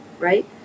right